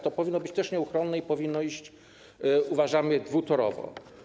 To powinno być też nieuchronne i powinno iść, jak uważamy, dwutorowo.